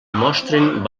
mostren